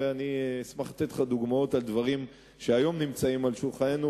ואני אשמח לתת לך דוגמאות של דברים שנמצאים היום על שולחננו.